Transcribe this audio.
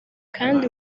kandi